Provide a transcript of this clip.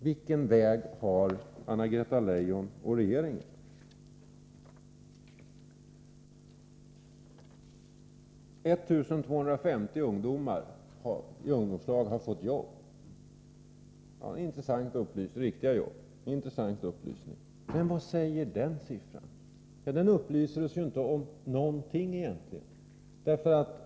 Vilken väg har Anna-Greta Leijon och regeringen att föreslå? 1 250 ungdomar i ungdomslag har fått riktiga jobb, säger arbetsmarknadsministern. Det var en intressant upplysning. Men den siffran upplyser oss egentligen inte om någonting.